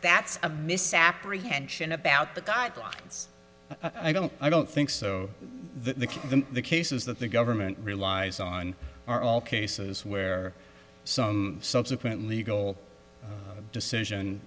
that's a misapprehension about the guidelines i don't i don't think so the cases that the government relies on are all cases where some subsequent legal decision